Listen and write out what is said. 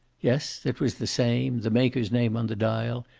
yes, it was the same, the maker's name on the dial,